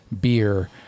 beer